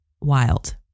wild